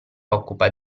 occupa